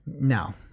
No